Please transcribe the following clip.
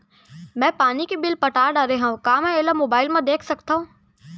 मैं पानी के बिल पटा डारे हव का मैं एला मोबाइल म देख सकथव?